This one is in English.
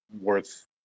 worth